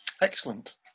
excellent